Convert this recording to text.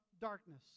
darkness